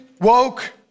woke